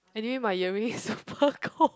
anyways my earrings super cold